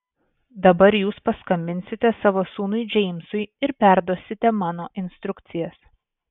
dabar jūs paskambinsite savo sūnui džeimsui ir perduosite mano instrukcijas